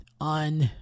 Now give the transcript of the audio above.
on